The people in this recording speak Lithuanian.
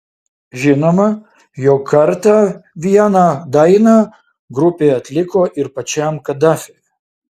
žinoma jog kartą vieną dainą grupė atliko ir pačiam kadafiui